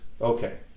okay